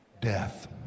death